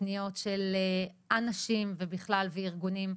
פניות של אנשים ובכלל וארגונים.